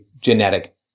genetic